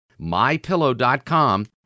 MyPillow.com